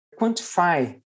quantify